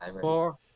four